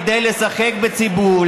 כדי לשחק בציבור,